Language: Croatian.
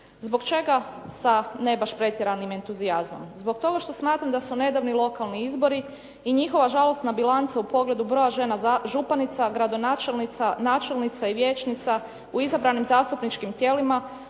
Zbog čega ne sa ne baš pretjeranim entuzijazmom? Zbog toga što smatram da su nedavni lokalni izbori i njihova žalosna bilanca u pogledu broja žena županica, gradonačelnica, načelnica i vijećnica u izabranim zastupničkim tijelima